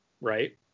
right